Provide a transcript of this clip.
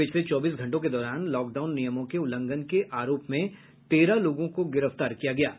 पिछले चौबीस घंटों के दौरान लॉकडाउन नियमों के उल्लंघन के आरोप में तेरह लोगों को गिरफ्तार किया गया है